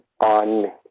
on